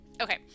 Okay